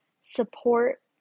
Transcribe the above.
Support